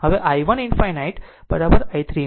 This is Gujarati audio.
હવે i 1 ∞ i 3 ∞